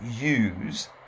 use